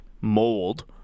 mold